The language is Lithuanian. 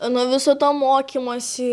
nuo viso to mokymosi